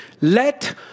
Let